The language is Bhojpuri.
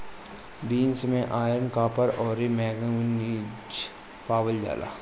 बीन्स में आयरन, कॉपर, अउरी मैगनीज पावल जाला